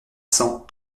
cent